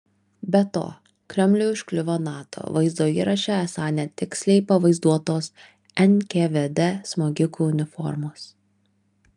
be to kremliui užkliuvo nato vaizdo įraše esą netiksliai pavaizduotos nkvd smogikų uniformos